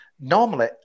normally